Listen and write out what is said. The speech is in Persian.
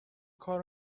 کار